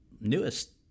newest